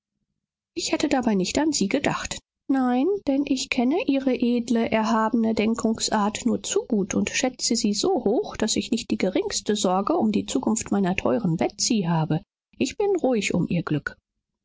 ich hatte dabei nicht an sie gedacht nein denn ich kenne ihre edle erhabene denkungsart nur zu gut und schätze sie so hoch daß ich nicht die geringste sorge um die zukunft meiner teuren betsy habe ich bin ruhig um ihr glück